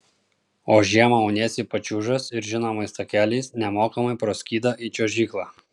o žiemą auniesi pačiūžas ir žinomais takeliais nemokamai pro skydą į čiuožyklą